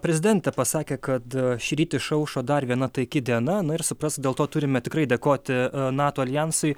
prezidentė pasakė kad šįryt išaušo dar viena taiki diena na ir suprask dėl to turime tikrai dėkoti nato aljansui